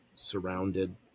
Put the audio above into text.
surrounded